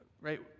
right